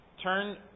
turn